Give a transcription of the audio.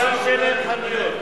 מפני שאין להם חנויות.